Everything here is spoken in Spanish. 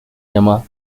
llamaba